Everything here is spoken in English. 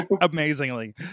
amazingly